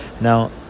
now